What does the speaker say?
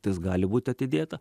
tas gali būt atidėta